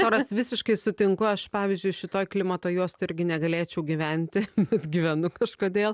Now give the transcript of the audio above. oras visiškai sutinku aš pavyzdžiui šitoj klimato juostoj irgi negalėčiau gyventi bet gyvenu kažkodėl